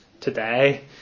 today